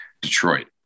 Detroit